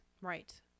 Right